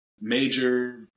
major